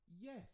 Yes